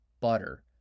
butter